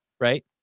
right